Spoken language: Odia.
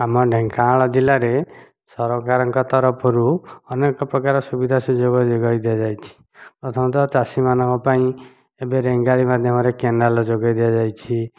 ଆମ ଢେଙ୍କାନାଳ ଜିଲ୍ଲାରେ ସରକାରଙ୍କ ତରଫରୁ ଅନେକ ପ୍ରକାର ସୁବିଧା ସୁଯୋଗ ଯୋଗାଇ ଦିଆଯାଇଛି ପ୍ରଥମତଃ ଚାଷୀମାନଙ୍କ ପାଇଁ ଏବେ ରେଙ୍ଗାଲି ମାଧ୍ୟମରେ କେନାଲ ଯୋଗାଇ ଦିଆଯାଇଛି